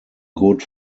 good